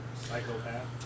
psychopath